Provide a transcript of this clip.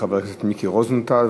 חבר הכנסת מיקי רוזנטל,